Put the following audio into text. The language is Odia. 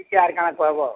କି ଆର୍ କା'ଣା କହିବ